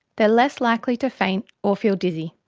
they are less likely to faint or feel dizzy.